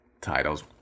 Titles